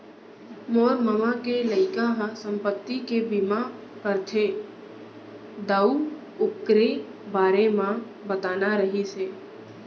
मोर ममा के लइका ह संपत्ति के बीमा करथे दाऊ,, ओकरे बारे म बताना रहिस हे